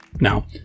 Now